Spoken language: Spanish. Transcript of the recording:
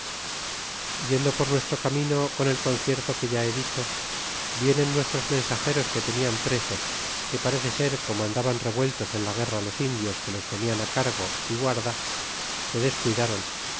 yendo por nuestro camino con el concierto que ya he dicho vienen nuestros mensageros que tenían presos que parece ser como andaban revueltos en la guerra los indios que los tenían cargo y guarda se descuidaron